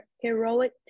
heroic